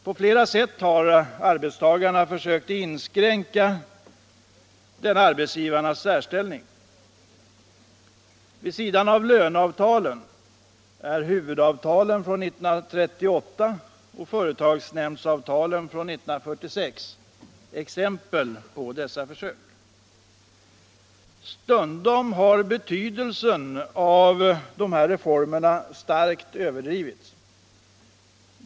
På flera sätt har arbetstagarna försökt att inskränka denna arbetsgivarnas särställning. Vid sidan av löneavtalen är huvudavtalet från 1938 och företagsnämndsavtalen från 1946 exempel på dessa försök. Stundom har betydelsen av reformerna starkt överdrivits.